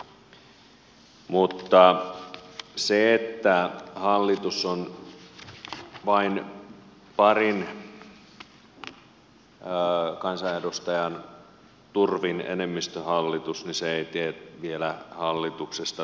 mutta se että hallitus on vain parin kansanedustajan turvin enemmistöhallitus ei tee vielä hallituksesta toimivaa